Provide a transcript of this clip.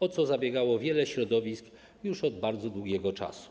o co zabiegało wiele środowisk już od bardzo długiego czasu.